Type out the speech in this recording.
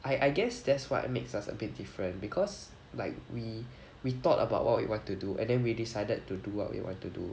I I guess that's what makes us a bit different because like we we thought about what we want to do and then we decided to do what we wanted to do